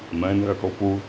Mahendra Kapoor